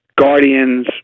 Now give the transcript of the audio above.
Guardians